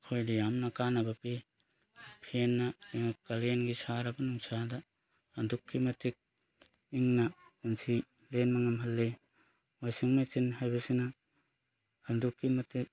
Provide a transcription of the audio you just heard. ꯑꯩꯈꯣꯏꯗ ꯌꯥꯝꯅ ꯀꯥꯟꯅꯕ ꯄꯤ ꯐꯦꯟꯅ ꯀꯥꯂꯦꯟꯒꯤ ꯁꯥꯔꯕ ꯅꯨꯡꯁꯥꯗ ꯑꯗꯨꯛꯀꯤ ꯃꯇꯤꯛ ꯏꯪꯅ ꯄꯨꯟꯁꯤ ꯂꯦꯟꯕ ꯉꯝꯍꯜꯂꯤ ꯋꯥꯁꯤꯡ ꯃꯦꯆꯤꯟ ꯍꯥꯏꯕꯁꯤꯅ ꯑꯗꯨꯛꯀꯤ ꯃꯇꯤꯛ